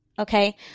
Okay